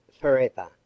forever